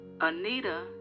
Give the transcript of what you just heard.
Anita